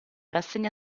rassegna